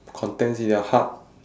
contents in their heart